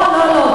לא, לא, לא.